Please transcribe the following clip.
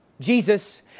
Jesus